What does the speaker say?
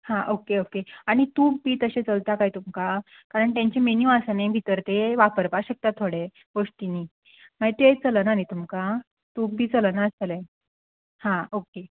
हां okay okay आनी तूप बी तशें चलता काय तुमकां कारण तेंचे मेन्यू आसा न्ही भितर ते वापरपा शकता थोडे गोश्टीनी मागीर ते चलना न्ही तुमकां तूप बी चलनासतले हां ओके